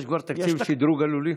יש כבר תקציב לשדרוג הלולים?